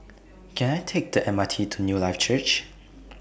Can I Take The M R T to Newlife Church